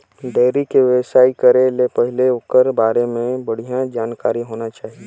dairy के बेवसाय करे ले पहिले ओखर बारे में बड़िहा जानकारी होना चाही